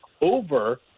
over